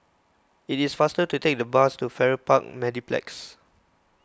it is faster to take the bus to Farrer Park Mediplex